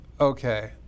Okay